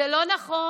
זה לא נכון.